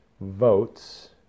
votes